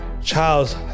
charles